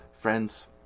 Friends